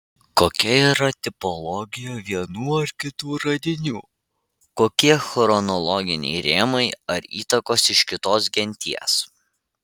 kokia yra tipologija vienų ar kitų radinių kokie chronologiniai rėmai ar įtakos iš kitos genties